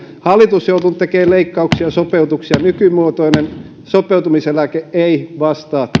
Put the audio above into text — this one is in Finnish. hallitus on joutunut tekemään leikkauksia sopeutuksia nykymuotoinen sopeutumiseläke ei vastaa